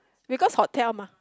because hotel mah